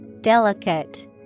Delicate